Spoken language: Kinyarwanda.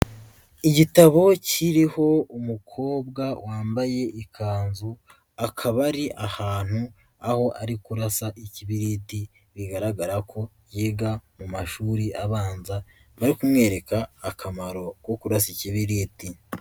Igitabo kiriho umukobwa wambaye ikanzu, akaba ari ahantu aho ari kurasa ikibiriti, bigaragara ko yiga mu mashuri abanza, bari kumwereka akamaro ko kurasa ikibiriti.